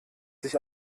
sich